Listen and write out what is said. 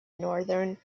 northern